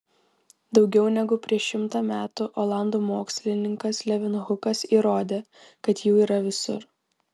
daugiau negu prieš šimtą metų olandų mokslininkas levenhukas įrodė kad jų yra visur